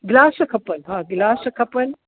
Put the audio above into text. गिलास खपनि हा गिलास खपनि